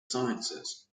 sciences